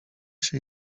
się